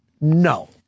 No